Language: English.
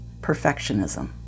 perfectionism